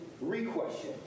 re-question